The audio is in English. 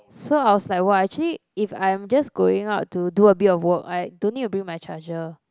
so I was like !wah! actually if I'm just going out to do a bit of work I don't need to bring my charger